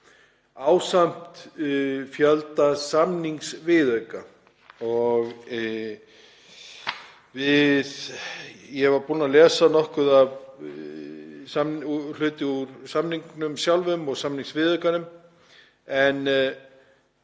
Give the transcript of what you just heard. ásamt fjölda samningsviðauka. Ég var búinn að lesa hluti úr samningnum sjálfum og samningsviðaukanum en